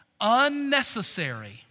unnecessary